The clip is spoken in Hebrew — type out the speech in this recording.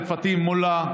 פטין מולא.